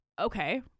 okay